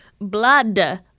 blood